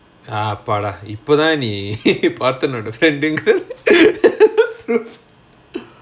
அப்பாடா இப்ப தான் நீ:appaadaa ippa thaan nee paarthan னோட:noda friend குரத:kuratha proof